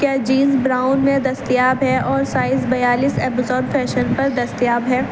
کیا jeans brown میں دستیاب ہے اور سائز بیالیس ابازون فیشن پر دستیاب ہے